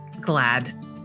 glad